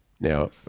Now